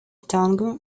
tongue